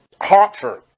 Hartford